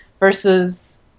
Versus